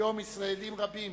היום ישראלים רבים